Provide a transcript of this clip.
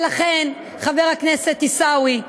ולכן, חבר הכנסת עיסאווי,